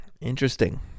Interesting